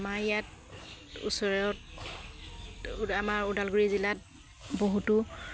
আমাৰ ইয়াত ওচৰত আমাৰ ওদালগুৰি জিলাত বহুতো